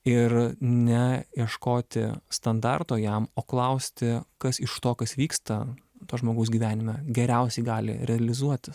ir ne ieškoti standarto jam o klausti kas iš to kas vyksta to žmogaus gyvenime geriausiai gali realizuotis